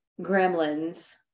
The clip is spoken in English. gremlins